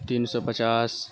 تین سو پچاس